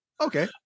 Okay